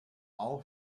all